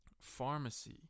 pharmacy